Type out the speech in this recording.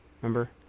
Remember